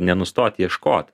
nenustot ieškot